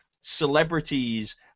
celebrities